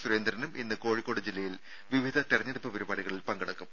സുരേന്ദ്രനും ഇന്ന് കോഴിക്കോട് ജില്ലയിൽ വിവിധ തെരഞ്ഞെടുപ്പ് പരിപാടികളിൽ പങ്കെടുക്കും